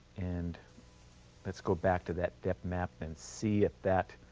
and let's go back to that depth map and see if that